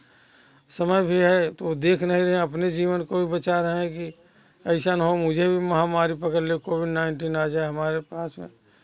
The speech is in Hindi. समय भी है तो देख नहीं रहे हैं अपने जीवन को बचा रहे हैं कि ऐसा ना हो कि मुझे भी महामारी पकड़ ले कोविड नाइनटीन आ जाए हमारे पास में